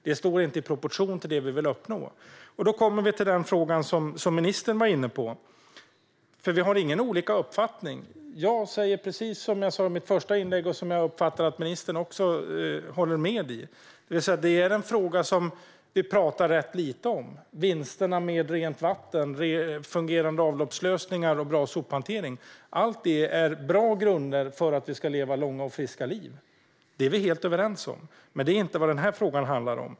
Det står inte i proportion till det vi vill uppnå. Då kommer vi till den fråga som ministern var inne på. Vi har inte olika uppfattningar; jag säger precis som jag sa i mitt första inlägg, vilket jag uppfattar att ministern håller med om. Det är en fråga vi pratar rätt lite om, men rent vatten, fungerande avloppslösningar och bra sophantering är bra grunder för att vi ska leva långa och friska liv. Det är vi helt överens om, men det är inte vad den här frågan handlar om.